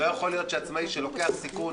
לא יכול להיות שעצמאי שלוקח סיכון